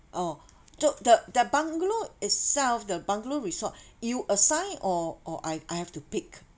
oh to~ the the bungalow itself the bungalow resort you assign or or I I have to pick